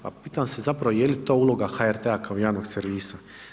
Pa pitam se zapravo je li to uloga HRT-a kao javnog servisa?